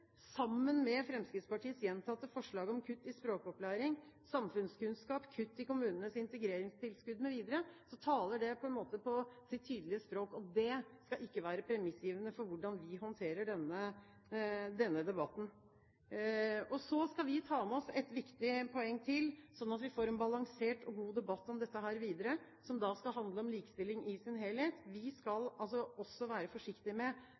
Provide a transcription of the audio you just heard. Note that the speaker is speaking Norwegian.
sammen med Fremskrittspartiets gjentatte forslag om kutt i språkopplæring, samfunnskunnskap, kutt i kommunenes integreringstilskudd mv., taler det på en måte sitt tydelige språk, og det skal ikke være premissgivende for hvordan vi håndterer denne debatten. Så skal vi ta med oss et viktig poeng til, slik at vi får en balansert og god debatt om dette videre som skal handle om likestilling i sin helhet. Vi skal også være forsiktige med